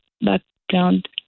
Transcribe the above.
background